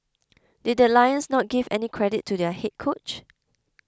did the Lions not give any credit to their head coach